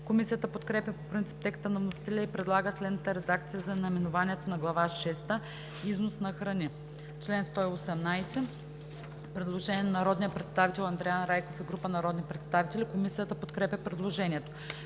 Комисията подкрепя по принцип текста на вносителя и предлага следната редакция за наименованието на „Глава шеста – Износ на храни“. По чл. 119 има предложение на народния представител Андриан Райков и група народни представители. Комисията подкрепя предложението.